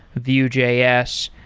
vue js.